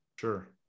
Sure